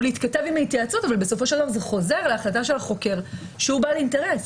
להתכתב עם התייעצות זה חוזר להחלטה של החוקר שהוא בעל אינטרס.